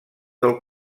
del